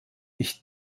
ich